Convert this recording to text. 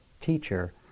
teacher